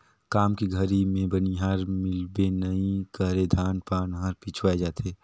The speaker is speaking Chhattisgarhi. काम के घरी मे बनिहार मिलबे नइ करे धान पान हर पिछवाय जाथे